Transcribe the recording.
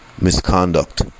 misconduct